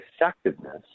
effectiveness